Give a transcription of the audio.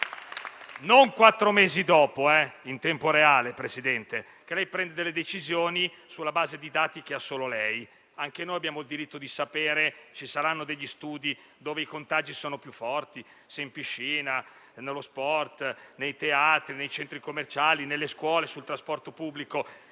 Non quattro mesi dopo, in tempo reale, Presidente, perché lei prende delle decisioni sulla base di dati che ha solo lei. Anche noi abbiamo il diritto di sapere; ci saranno degli studi che indicano dove i contagi sono più forti, se in piscina, nello sport, nei teatri, nei centri commerciali, nelle scuole, sul trasporto pubblico.